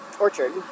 Orchard